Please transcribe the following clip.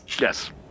Yes